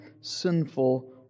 sinful